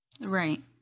Right